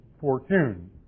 fortune